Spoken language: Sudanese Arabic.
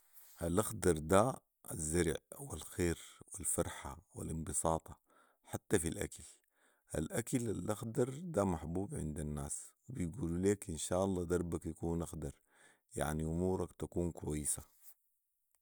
الاخدر ده الزرع و الخير و الفرحه و الانبساطه حتي في الاكل الاكل الاخدر ده محبوب عند الناس وبيقولوا ليك ان شاءالله دربك يكون اخدر يعني امورك تكون كويسه